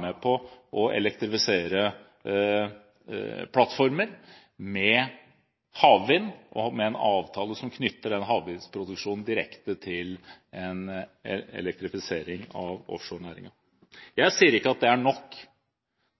med på å elektrifisere plattformer med havvind og med en avtale som knytter den havvindproduksjonen direkte til en elektrifisering av offshorenæringen. Jeg sier ikke at det er nok